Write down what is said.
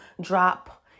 drop